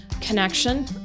connection